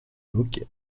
hockey